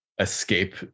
escape